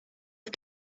lot